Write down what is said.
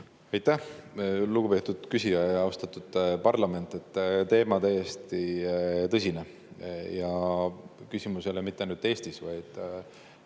Aitäh, lugupeetud küsija! Austatud parlament! Teema on täiesti tõsine ja küsimus ei ole mitte ainult Eestis, vaid